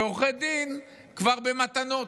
ועורכי דין כבר במתנות.